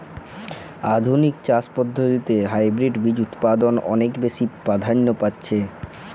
আধুনিক চাষ পদ্ধতিতে হাইব্রিড বীজ উৎপাদন অনেক বেশী প্রাধান্য পাচ্ছে